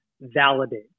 validate